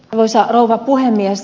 arvoisa rouva puhemies